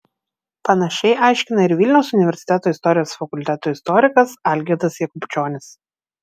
panašiai aiškina ir vilniaus universiteto istorijos fakulteto istorikas algirdas jakubčionis